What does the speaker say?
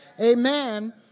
Amen